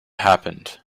happened